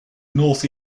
north